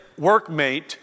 workmate